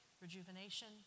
rejuvenation